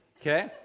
okay